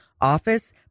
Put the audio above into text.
office